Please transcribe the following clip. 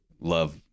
love